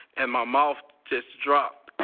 and my mouth just dropped.